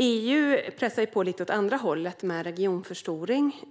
EU pressar på åt andra hållet, med regionförstoring.